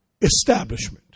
establishment